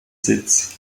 sitz